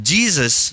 Jesus